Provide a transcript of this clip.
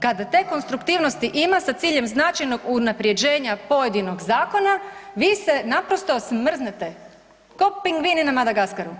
Kada te konstruktivnosti ima s ciljem značajnog unapređenja pojedinog zakona vi se naprosto smrznete ko pingvini na Madagaskaru.